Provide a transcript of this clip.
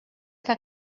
que